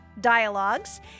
dialogues